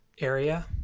area